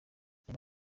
aya